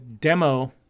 demo